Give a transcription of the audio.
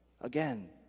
Again